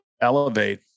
elevate